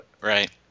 Right